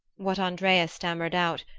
what andrea stammered out,